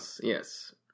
yes